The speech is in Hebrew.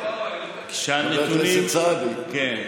חבר הכנסת סעדי.